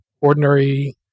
ordinary